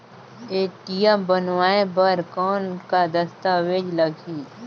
ATM बनवाय बर कौन का दस्तावेज लगही?